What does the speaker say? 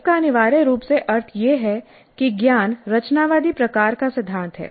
इसका अनिवार्य रूप से अर्थ यह है कि ज्ञान रचनावादी प्रकार का सिद्धांत है